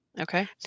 Okay